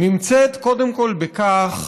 נמצאת קודם כול בכך